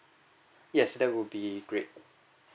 yes that would be great